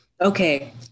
okay